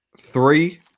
Three